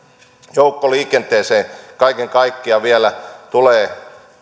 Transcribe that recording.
joukkoliikenteeseen kaiken kaikkiaan vielä tulee